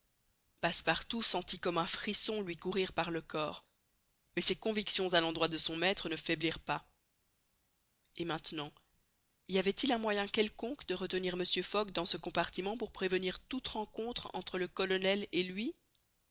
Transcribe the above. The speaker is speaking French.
passepartout sentit comme un frisson lui courir par le corps mais ses convictions à l'endroit de son maître ne faiblirent pas et maintenant y avait-il un moyen quelconque de retenir mr fogg dans ce compartiment pour prévenir toute rencontre entre le colonel et lui